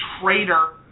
traitor